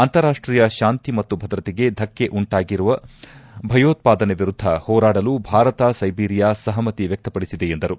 ಅಂತಾರಾಷ್ಷೀಯ ಶಾಂತಿ ಮತ್ತು ಭದ್ರತೆಗೆ ಧಕ್ಷೆ ಉಂಟಾಗಿರುವ ಭಯೋತ್ವಾದನೆ ವಿರುದ್ದ ಹೋರಾಡಲು ಭಾರತ ಸೈಬೀರಿಯಾ ಸಹಮತಿ ವ್ಯಕ್ತಪಡಿಸಿದೆ ಎಂದರು